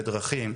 לדרכים,